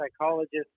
psychologist